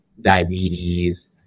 diabetes